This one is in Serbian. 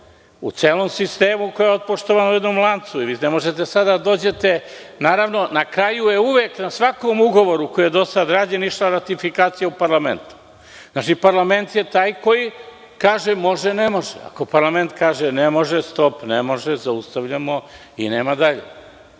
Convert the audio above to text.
u celom sistemu, koja je otpočela u jednom lancu i vi ne možete sada da dođete … Naravno, na kraju je uvek na svakom ugovoru koji je do sada rađen išla ratifikacija u parlament. Znači, parlament je taj koji kaže da li može ili ne može. Ako parlament kaže – ne može, onda – stop, ne može, zaustavljamo i nema dalje.